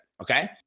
Okay